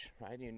right